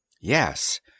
Yes